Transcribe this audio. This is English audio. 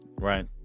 Right